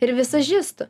ir vizažistu